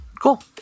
Cool